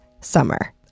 summer